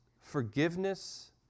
forgiveness